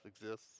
exists